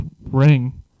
ring